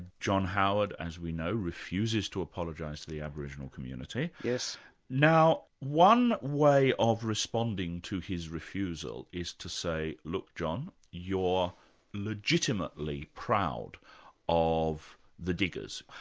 john howard as we know refuses to apologise to the aboriginal community. now one way of responding to his refusal is to say, look john, you're legitimately proud of the diggers,